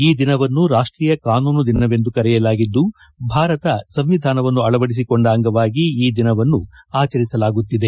ಈ ದಿನವನ್ನು ರಾಷ್ಷೀಯ ಕಾನೂನು ದಿನವೆಂದು ಕರೆಯಲಾಗಿದ್ದು ಭಾರತ ಸಂವಿಧಾನವನ್ನು ಅಳವಡಿಸಿಕೊಂಡ ಅಂಗವಾಗಿ ಈ ದಿನವನ್ನು ಆಚರಿಸಲಾಗುತ್ತಿದೆ